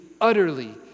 utterly